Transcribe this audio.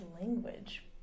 language